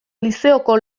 lizeoko